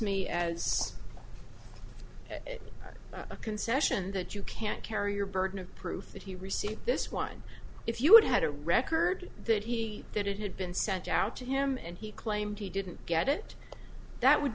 me as a concession that you can't carry your burden of proof that he received this one if you would had a record that he that it had been sent out to him and he claimed he didn't get it that would